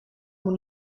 moet